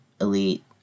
elite